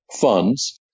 funds